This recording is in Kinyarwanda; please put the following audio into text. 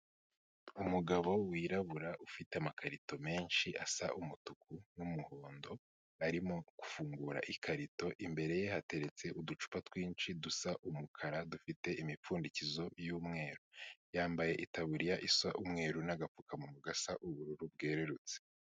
Umugabo wirabura ufite amakarito menshi asa umutuku n'umuhondo, arimo gufungura ikarito, imbere ye hateretse uducupa twinshi dusa umukara dufite imipfundikizo y'umweru. Yambaye itaburiya isa umweru n'agapfukamu gasa ubururu bwerurutse.